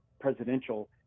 presidential